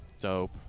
Dope